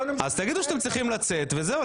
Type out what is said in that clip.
תגידו שאתם צריכים לצאת וזהו.